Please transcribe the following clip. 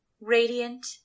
radiant